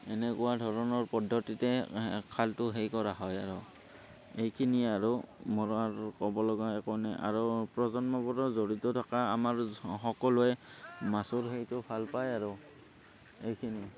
এনেকুৱা ধৰণৰ পদ্ধতিতে খালটো সেই কৰা হয় আৰু এইখিনিয়ে আৰু মোৰ আৰু ক'ব লগা একো নাই আৰু প্ৰজন্মবোৰো জড়িত থকা আমাৰ সকলোৱে মাছৰ সেইটো ভাল পায় আৰু এইখিনি